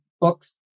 books